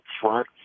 front